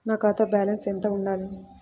నా ఖాతా బ్యాలెన్స్ ఎంత ఉండాలి?